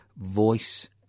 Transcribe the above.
voice